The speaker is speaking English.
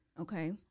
okay